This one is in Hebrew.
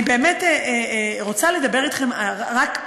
אני באמת רוצה לדבר אתכם רק,